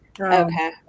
Okay